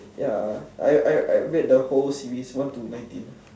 ya I I I read the whole series one to nineteen